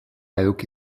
eduki